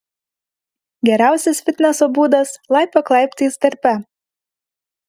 geriausias fitneso būdas laipiok laiptais darbe